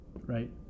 right